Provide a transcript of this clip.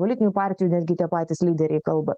politinių partijų netgi tie patys lyderiai kalba